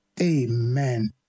Amen